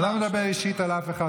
לא מדבר אישית על אף אחד.